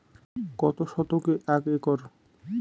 কত শতকে এক একর?